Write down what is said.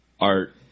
Art